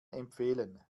empfehlen